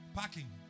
parking